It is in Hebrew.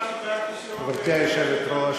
עכשיו קיבלתי שיעור, גברתי היושבת-ראש,